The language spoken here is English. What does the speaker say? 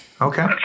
Okay